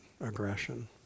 aggression